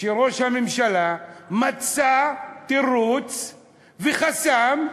וראש הממשלה מצא תירוץ וחסם,